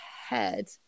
head